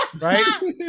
Right